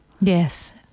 Yes